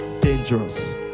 dangerous